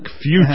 future